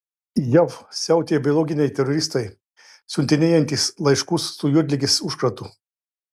jav siautėja biologiniai teroristai siuntinėjantys laiškus su juodligės užkratu